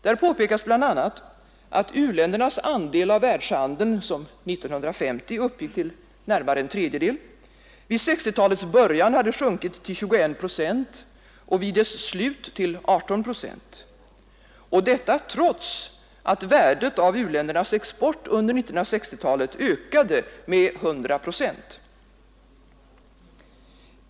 Där påpekas bl.a. att u-ländernas andel av världshandeln, som 1950 uppgick till närmare en tredjedel, vid 1960-talets början sjunkit till 21 procent och vid dess slut till 18 procent, trots att värdet av u-ländernas export under 1960-talet ökade med 100 procent.